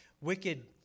wicked